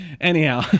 Anyhow